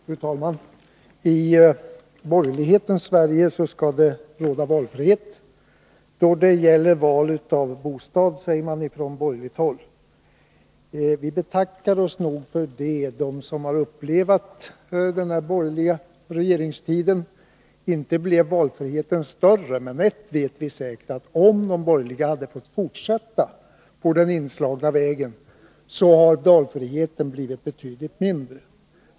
Fru talman! I borgerlighetens Sverige skall det råda valfrihet då det gäller bostad. Vi som har upplevt den borgerliga regeringstiden betackar oss för det. Inte blev valfriheten större. Men ett vet vi säkert — om de borgerliga hade fått fortsätta på den inslagna vägen, hade valfriheten blivit betydligt mindre.